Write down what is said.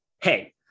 hey